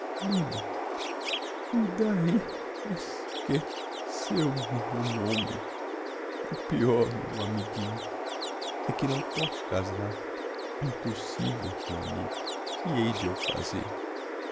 nina e d'ahi esqué ceu me o nome o peor meu amiguinho é que não posso casar impos sivel meu amigo que hei de eu fazer